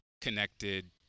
connected